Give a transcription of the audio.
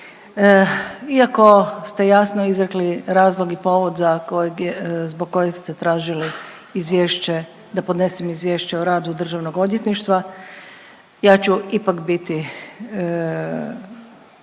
Iako ste jasno izrekli razlog i povod zbog kojeg ste tražili izvješće, da podnesem Izvješće o radu Državnog odvjetništva ja ću ipak biti,